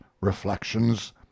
REFLECTIONS